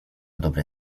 dobre